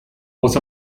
was